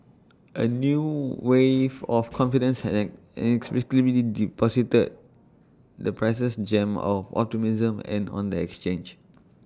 A new wave of confidence had an an inexplicably deposited the prices gem of optimism and on the exchange